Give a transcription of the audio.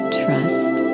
trust